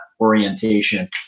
orientation